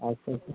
ᱟᱪᱪᱷᱟ ᱟᱪᱪᱷᱟ